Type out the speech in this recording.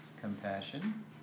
compassion